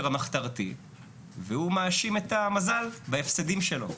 המחתרתי והוא מאשים את המזל בהפסדים שלו.